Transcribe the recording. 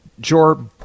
Jor